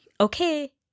Okay